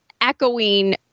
echoing